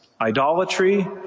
Idolatry